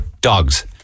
dogs